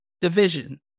Division